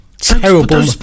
terrible